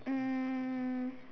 um